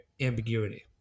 ambiguity